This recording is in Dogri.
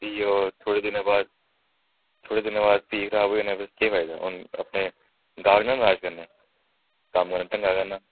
प्ही होर थोह्ड़े दिनें दे बाद थोह्ड़े दिनें दे बाद प्ही स्हाब होई जाना फिर केह् फायदा हू'न अपने गाह्क नना नराज़ करने कम्म करना ढंगा दा करना